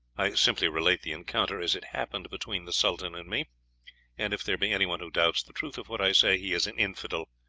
i simply relate the encounter as it happened between the sultan and me and if there be any one who doubts the truth of what i say, he is an infidel,